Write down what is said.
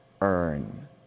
earn